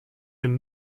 dem